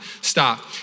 Stop